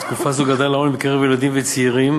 בתקופה זו גדל העוני בקרב ילדים וצעירים